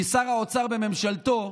כי שר האוצר בממשלתו,